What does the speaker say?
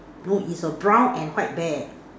no is a brown and white bear